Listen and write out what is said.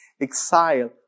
exile